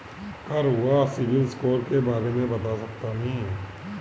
का रउआ CIBIL score के बारे में बता सकतानी?